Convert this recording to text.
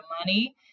money